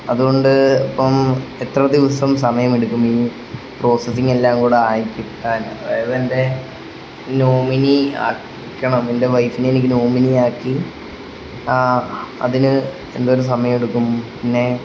അതുകൊണ്ട് ഇപ്പം എത്ര ദിവസം സമയമെടുക്കും ഈ പ്രോസസ്സിംഗ് എല്ലാം കൂടെ ആയിക്കിട്ടാൻ അതായത് എൻ്റെ നോമിനി ആക്കണം എൻ്റെ വൈഫിനെ എനിക്ക് നോമിനി ആക്കി അതിന് എന്തോരം സമയം എടുക്കും പിന്നെ